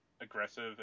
aggressive